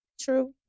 true